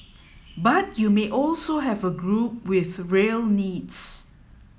but you may also have a group with real needs